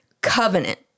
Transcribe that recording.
covenant